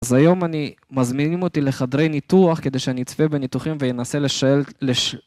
אז היום אני, מזמינים אותי לחדרי ניתוח כדי שאני אצפה בניתוחים ואני אנסה לשאל...